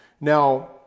Now